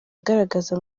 agaragaza